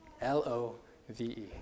L-O-V-E